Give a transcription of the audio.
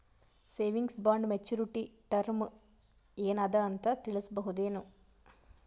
Savings bond maturity term ಏನ ಅದ ಅಂತ ತಿಳಸಬಹುದೇನು?